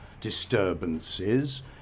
disturbances